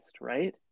right